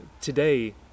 today